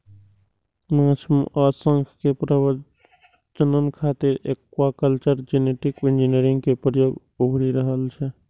माछ आ शंख के प्रजनन खातिर एक्वाकल्चर जेनेटिक इंजीनियरिंग के प्रयोग उभरि रहल छै